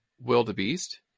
wildebeest